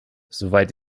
soweit